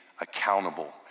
accountable